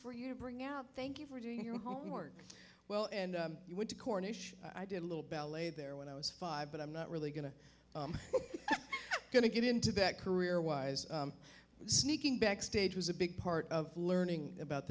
for you to bring out thank you for doing your homework well and you went to cornish i did a little ballet there when i was five but i'm not really going to going to get into that career wise sneaking backstage was a big part of learning about